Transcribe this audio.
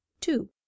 two